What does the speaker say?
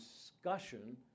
discussion